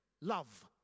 love